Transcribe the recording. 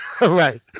right